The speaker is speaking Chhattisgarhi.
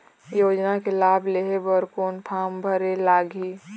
योजना के लाभ लेहे बर कोन फार्म भरे लगही?